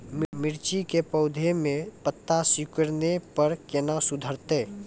मिर्ची के पौघा मे पत्ता सिकुड़ने पर कैना सुधरतै?